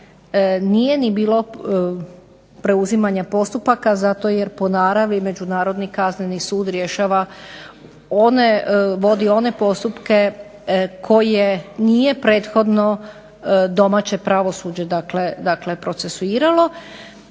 nije bilo preuzimanja postupaka jer po naravi Međunarodni kazneni sud vodi one postupke koje nije prethodno domaće pravosuđe procesuiralo,